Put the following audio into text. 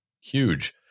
huge